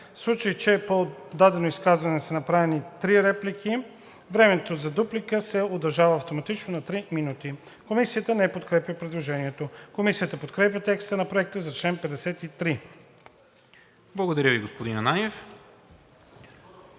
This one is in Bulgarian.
„В случай че по дадено изказване са направени 3 реплики, времето за дуплика се удължава автоматично на 3 минути.“ Комисията не подкрепя предложението. Комисията подкрепя текста на Проекта за чл. 53. ПРЕДСЕДАТЕЛ НИКОЛА